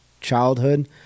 childhood